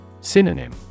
Synonym